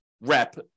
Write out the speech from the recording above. rep